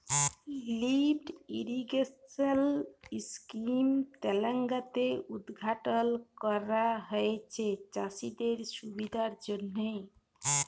lift irrigation scheme তেলেঙ্গালাতে উদঘাটল ক্যরা হঁয়েছে চাষীদের সুবিধার জ্যনহে